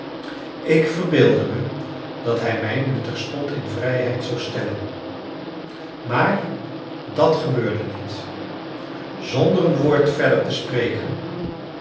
ik verbeeldde me dat hij mij nu terstond in vrijheid zou stellen maar dat gebeurde niet zonder een woord verder te spreken